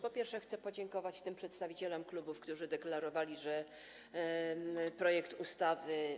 Po pierwsze, chcę podziękować tym przedstawicielom klubów, którzy deklarowali, że poprą projekt ustawy.